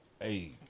hey